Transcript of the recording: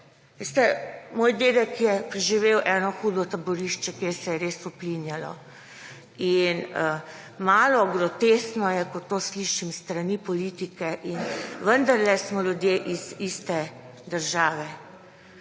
moj dedek je preživel eno hudo taborišče, kjer se je res uplinjalo, in malo groteskno je, ko to slišim s strani politike in vendarle smo ljudje iz iste države.